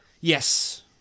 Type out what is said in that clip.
Yes